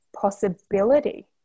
possibility